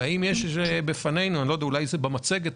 האם יש בפנינו ואולי זה במצגת,